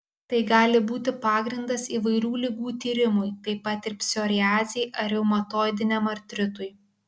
tai gali būti pagrindas įvairių ligų tyrimui taip pat ir psoriazei ar reumatoidiniam artritui